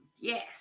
Yes